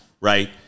right